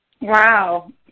Wow